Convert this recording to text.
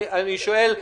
אני שואל,